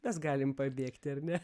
mes galim pabėgti ar ne